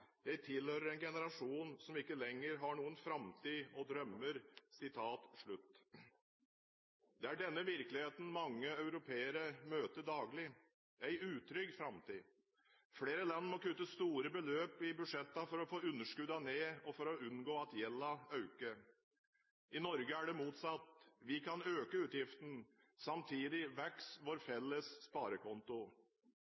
Jeg tilhører en generasjon som ikke lenger har noen framtid og drømmer.» Det er denne virkeligheten mange europeere møter daglig: en utrygg framtid. Flere land må kutte store beløp i budsjettene for å få underskuddene ned, og for å unngå at gjelden øker. I Norge er det motsatt. Vi kan øke utgiftene. Samtidig vokser vår